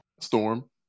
Storm